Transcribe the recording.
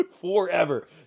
forever